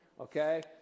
Okay